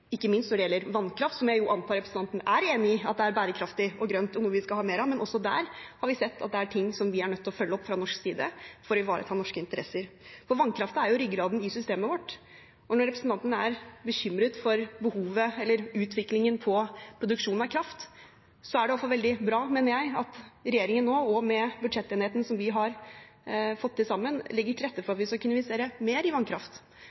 ikke minst når det gjelder vannkraft, som jeg antar at representanten er enig i at er bærekraftig og grønn og noe vi skal ha mer av, men også der har vi sett at det er ting vi er nødt til å følge opp fra norsk side for å ivareta norske interesser. Vannkraften er jo ryggraden i systemet vårt, og når representanten er bekymret for utviklingen av produksjonen av kraft, er det i alle fall veldig bra, mener jeg, at regjeringen nå, og med budsjettenigheten vi har fått til sammen, legger til rette for at vi skal kunne investere mer i vannkraft